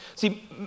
See